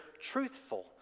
truthful